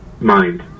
mind